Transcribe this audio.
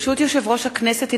ברשות יושב-ראש הכנסת,